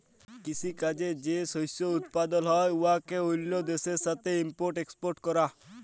কিসি কাজে যে শস্য উৎপাদল হ্যয় উয়াকে অল্য দ্যাশের সাথে ইম্পর্ট এক্সপর্ট ক্যরা